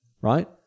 right